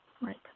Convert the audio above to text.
right